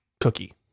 cookie